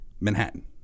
Manhattan